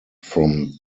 from